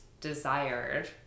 desired